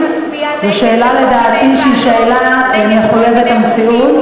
יש לי הרבה מאוד שאלות למה את מצביעה